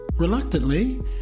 Reluctantly